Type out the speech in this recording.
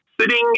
sitting